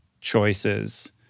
choices